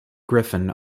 griffin